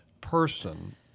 person